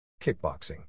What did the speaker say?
Kickboxing